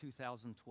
2012